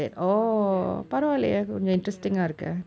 it's a module that I'm doing ya